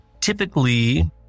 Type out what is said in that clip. typically